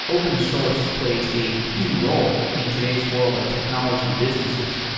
open source plays a key role in today's world of technology businesses.